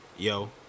Yo